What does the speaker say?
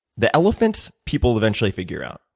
the elephant people eventually figure out.